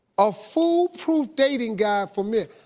a foolproof dating guide for men!